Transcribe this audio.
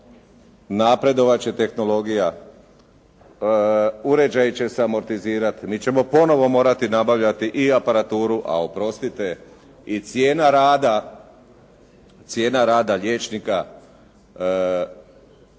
napredovati će tehnologija, uređaji će se amortizirati. Mi ćemo ponovno morati nabavljati i aparaturu, a oprostite i cijena rada liječnika nije